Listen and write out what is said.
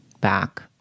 back